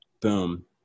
Boom